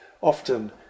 often